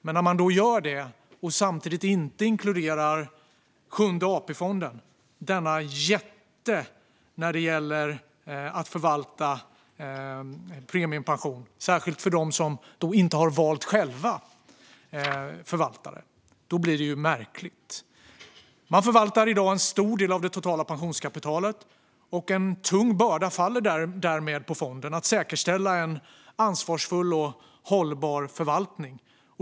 Men när man gör det och inte samtidigt inkluderar Sjunde AP-fonden - denna jätte när det gäller att förvalta premiepension, särskilt för dem som inte själva har valt förvaltare - blir det märkligt. Den förvaltar i dag en stor del av det totala pensionskapitalet. En tung börda faller därmed på fonden att säkerställa en ansvarsfull och hållbar förvaltning.